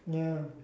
ya